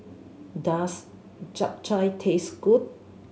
does Japchae taste good